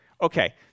Okay